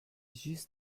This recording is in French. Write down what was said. juste